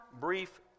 brief